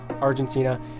Argentina